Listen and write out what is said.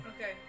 Okay